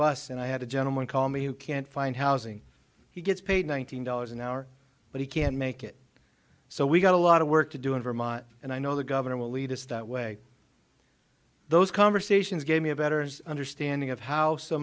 bus and i had a gentleman call me who can't find housing he gets paid one thousand dollars an hour but he can't make it so we've got a lot of work to do in vermont and i know the governor will lead us that way those conversations gave me a better understanding of how so